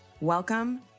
Welcome